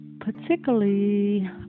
particularly